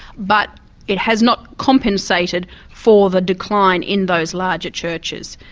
but it has not compensated for the decline in those larger churches.